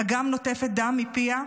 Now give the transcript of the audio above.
אגם נוטפת דם מפיה.